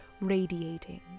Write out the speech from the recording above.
radiating